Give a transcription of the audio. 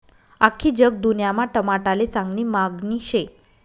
आख्खी जगदुन्यामा टमाटाले चांगली मांगनी शे